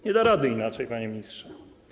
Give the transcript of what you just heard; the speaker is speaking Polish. Nie da rady inaczej, panie ministrze.